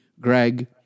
Greg